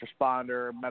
responder